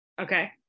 Okay